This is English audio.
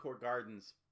Gardens